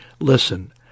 Listen